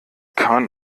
kahn